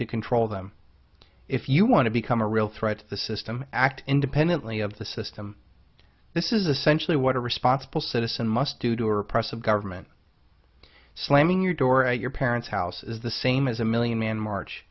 to control them if you want to become a real threat to the system act independently of the system this is essentially what a responsible citizen must do to or oppressive government slamming your door at your parents house is the same as a million man march